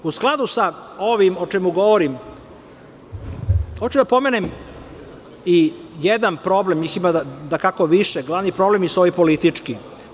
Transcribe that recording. U skladu sa ovim o čemu govorim, hoću da pomenem jedan problem, a njih ima više, a glavni problemi su ovi politički.